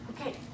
okay